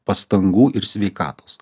pastangų ir sveikatos